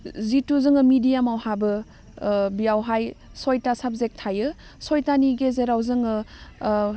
जितु जोङो मेदियामाव हाबो ओह बेवहाय सयथा साबजेक्ट थायो सयथानि गेजेराव जोङो ओह